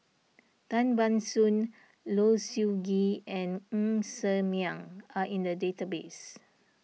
Tan Ban Soon Low Siew Nghee and Ng Ser Miang are in the database